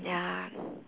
ya